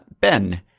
Ben